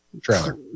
trailer